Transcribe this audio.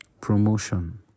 Promotion